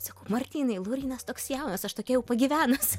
sakau martynai laurynas toks jaunas aš tokia jau pagyvenus